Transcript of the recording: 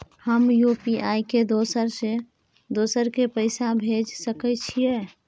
हम यु.पी.आई से दोसर के पैसा भेज सके छीयै?